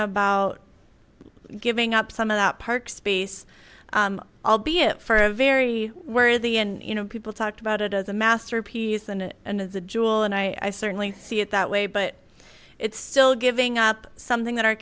about giving up some of that park space albeit for a very worthy and you know people talked about it as a masterpiece and and as a jewel and i certainly see it that way but it's still giving up something that our